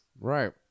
Right